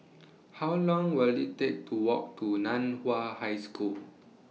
How Long Will IT Take to Walk to NAN Hua High School